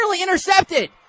intercepted